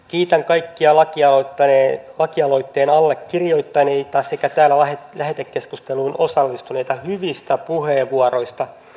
kiitän kaikkia lakialoitteen allekirjoittaneita sekä täällä lähetekeskusteluun osallistuneita hyvistä puheenvuoroista